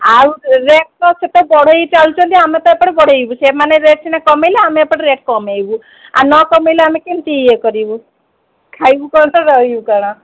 ଆଉ ରେଟ୍ ତ ସେତ ବଢ଼େଇ ଚାଲୁଛନ୍ତି ଆମେ ତ ଏପଟେ ବଢ଼େଇବୁ ସେମାନେ ରେଟ୍ ସିନା କମେଇଲେ ଆମେ ଏପଟେ ରେଟ୍ କମେଇବୁ ଆଉ ନ କମେଇଲେ ଆମେ କେମିତି ଇଏ କରିବୁ ଖାଇବୁ କ'ଣ ରହିବୁ କ'ଣ